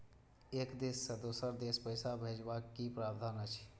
एक देश से दोसर देश पैसा भैजबाक कि प्रावधान अछि??